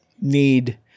need